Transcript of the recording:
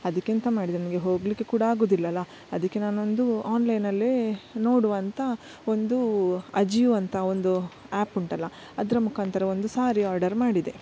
ಅದಕ್ಕೆಂತ ಮಾಡಿದೆ ನನಗೆ ಹೋಗಲಿಕ್ಕೆ ಕೂಡ ಆಗೋದಿಲ್ಲಲಾ ಅದಕ್ಕೆ ನಾನೊಂದು ಆನ್ಲೈನಲ್ಲೇ ನೋಡುವಾಂತ ಒಂದು ಅಜೀವ್ ಅಂತ ಒಂದು ಆ್ಯಪ್ ಉಂಟಲ್ಲ ಅದರ ಮುಖಾಂತರ ಒಂದು ಸಾರಿ ಆರ್ಡರ್ ಮಾಡಿದೆ